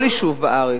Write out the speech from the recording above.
כל יישוב בארץ,